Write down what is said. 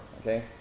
okay